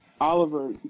Oliver